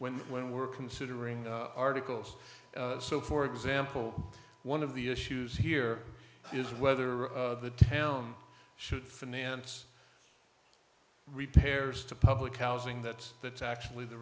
when when we're considering articles so for example one of the issues here is whether the town should finance repairs to public housing that that's actually the